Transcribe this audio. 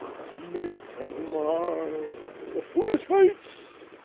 and make and mar the foolish fates